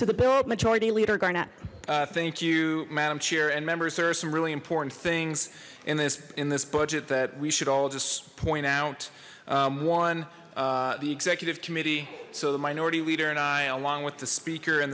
build majority leader garnett thank you madam chair and members there are some really important things in this in this budget that we should all just point out one the executive committee so the minority leader and i along with the speaker and